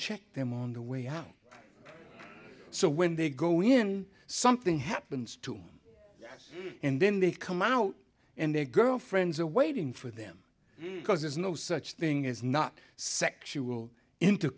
check them on the way out so when they go in something happens to them and then they come out and their girlfriends are waiting for them because there's no such thing as not sexual int